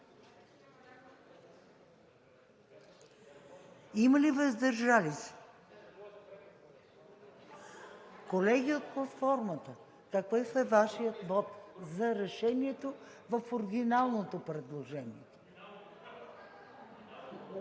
Има ли въздържали се? Колеги от платформата, какъв е Вашият вот за решението в оригиналното предложение?